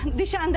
disha, and